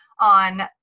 on